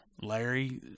Larry